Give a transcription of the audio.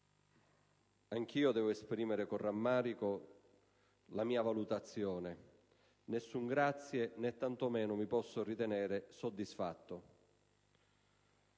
anch'io devo esprimere con rammarico la mia valutazione: nessun grazie, né tanto meno mi posso ritenere soddisfatto.